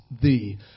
thee